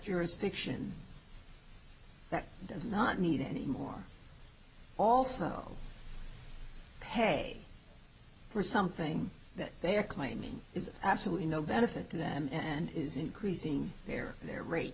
jurisdiction that does not need any more also pay for something that they are claiming is absolutely no benefit to them and is increasing their their rate